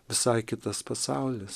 visai kitas pasaulis